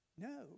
No